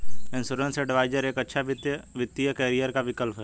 insurance adviser एक अच्छा वित्तीय करियर का विकल्प है